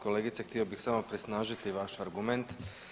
Kolegice, htio bih samo presnažiti vaš argument.